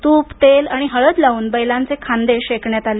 तूप तेल आणि हळद लावून बैलाचे खांदे शेकण्यात आले